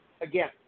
again